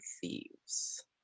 thieves